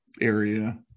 area